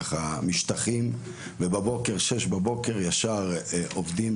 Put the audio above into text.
ככה משטחים ובשש בבוקר ישר עובדים,